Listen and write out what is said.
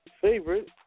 favorite